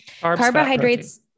carbohydrates